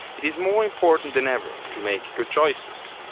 it is more important than ever to make good choices.